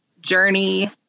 journey